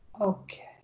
Okay